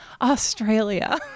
Australia